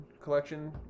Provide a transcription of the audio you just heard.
Collection